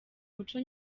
muco